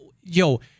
Yo